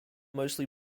mostly